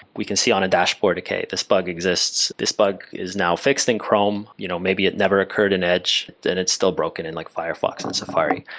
we can see on a dashboard, okay this bug exists. this bug is now fixed in chrome, you know maybe it never occurred in edge, then it's still broken in like firefox and safari.